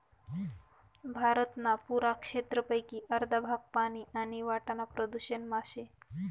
भारतना पुरा क्षेत्रपेकी अर्ध भाग पानी आणि वाटाना प्रदूषण मा शे